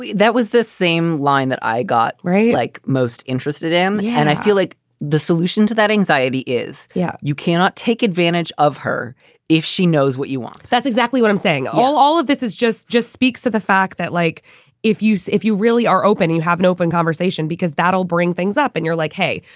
that was the same line that i got right. like most interested in me. yeah and i feel like the solution to that anxiety is, yeah, you cannot take advantage of her if she knows what you want. that's exactly what i'm saying. all all of this is just just speaks to the fact that like if you if you really are open, you have an open conversation because that'll bring things up and you're like, hey,